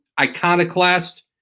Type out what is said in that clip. Iconoclast